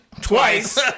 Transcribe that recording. Twice